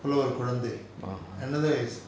புலவர் Kulanthai kulanthai another is